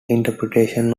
interpretation